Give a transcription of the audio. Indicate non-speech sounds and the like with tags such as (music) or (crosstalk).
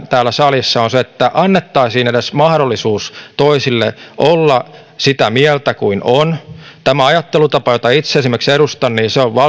(unintelligible) täällä salissa on se että annettaisiin edes mahdollisuus toisille olla sitä mieltä kuin ovat tämä ajattelutapa jota esimerkiksi itse edustan on